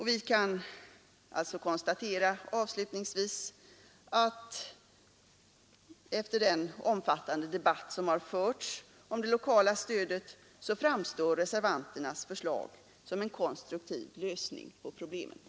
Jag kan alltså avslutningsvis konstatera att efter den omfattande debatt som förts om det lokala stödet framstår reservanternas förslag som en konstruktiv lösning på problemet.